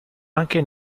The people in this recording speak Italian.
anche